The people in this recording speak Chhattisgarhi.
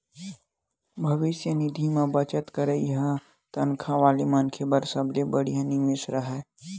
भविस्य निधि म बचत करई ह तनखा वाला मनखे बर सबले बड़िहा निवेस हरय